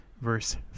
verse